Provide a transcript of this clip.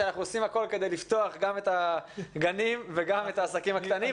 שאנחנו עושים הכול כדי לפתוח גם את הגנים וגם את העסקים הקטנים,